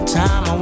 time